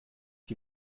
die